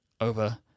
over